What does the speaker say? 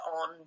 on